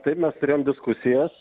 taip mes turėjom diskusijas